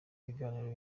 ibiganiro